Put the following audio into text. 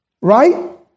right